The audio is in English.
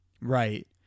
Right